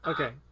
Okay